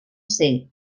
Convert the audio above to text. ser